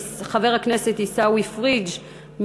חבר הכנסת עיסאווי פריג',